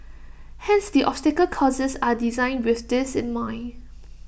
hence the obstacle courses are designed with this in mind